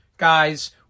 guys